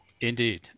Indeed